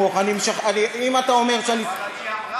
לזה שתכלית החוק היא ודאי לא לממן מפלגות שאין בהן פריימריז.